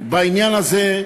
בעניין הזה,